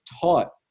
taught